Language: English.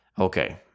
Okay